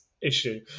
issue